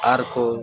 ᱟᱨᱠᱚ